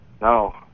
No